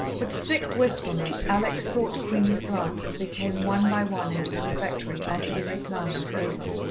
with sick wistfulness alex sought queenie's glance as they came one by one into the refectory, after the reclame was over.